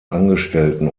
angestellten